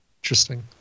Interesting